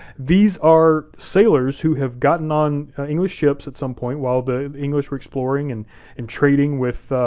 these are sailors who have gotten on english ships at some point while the english were exploring and and trading with